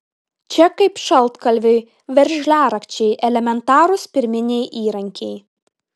čia kaip šaltkalviui veržliarakčiai elementarūs pirminiai įrankiai